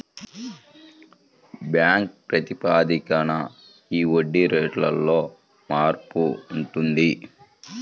bank ప్రాతిపదికన ఈ వడ్డీ రేటులో మార్పు ఉంటుంది